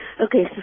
Okay